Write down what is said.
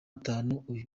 atatu